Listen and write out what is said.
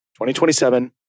2027